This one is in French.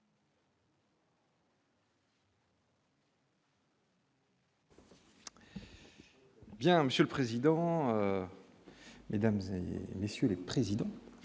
Bien, monsieur le président, Mesdames et messieurs les présidents,